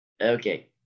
okay